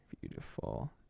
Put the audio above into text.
beautiful